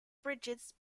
bridges